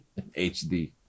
HD